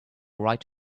right